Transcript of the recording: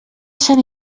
sant